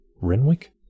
Renwick